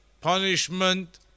punishment